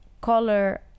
color